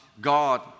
God